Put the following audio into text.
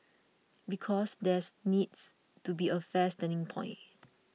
because there's needs to be a fair starting point